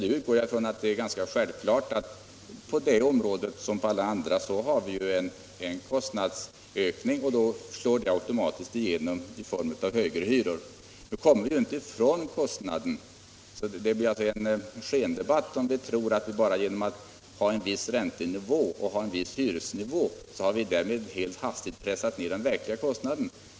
Det är tyvärr så att vi på detta område som på alla andra har en kostnadsökning, och den slår automatiskt igenom i högre hyror. Vi kommer inte ifrån detta, och det blir alltså en skendebatt om vi tror att vi bara genom att ha en viss räntenivå och en viss hyresnivå helt hastigt pressar ned den verkliga kostnaden.